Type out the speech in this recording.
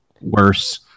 worse